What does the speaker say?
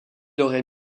aurait